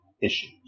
issues